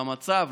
למצב,